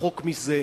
רחוק מזה,